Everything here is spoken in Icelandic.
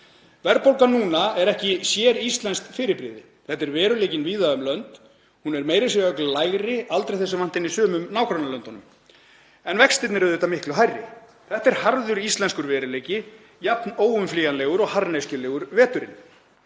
Verðbólgan núna er ekki séríslenskt fyrirbrigði. Þetta er veruleikinn víða um lönd. Hún er meira að segja ögn lægri, aldrei þessu vant, en í sumum nágrannalöndum en vextirnir eru auðvitað miklu hærri. Þetta er harður íslenskur veruleiki, jafn óumflýjanlegur og harðneskjulegur veturinn.